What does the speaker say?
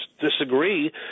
disagree